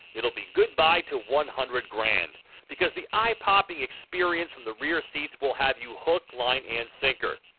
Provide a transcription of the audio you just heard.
it'll be goodbye to one hundred grand because the eye-popping experience from the rear seats will have you hook, line and sinker.